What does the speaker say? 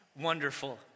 wonderful